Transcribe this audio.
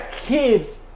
kids